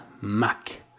Mac